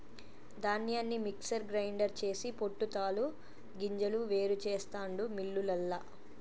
ధాన్యాన్ని mixer grinder చేసి పొట్టు తాలు గింజలు వేరు చెస్తాండు మిల్లులల్ల